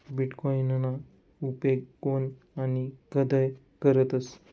बीटकॉईनना उपेग कोन आणि कधय करतस